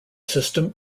system